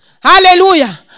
Hallelujah